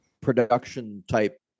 production-type